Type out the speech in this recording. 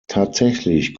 tatsächlich